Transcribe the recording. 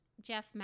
Jeff